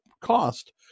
cost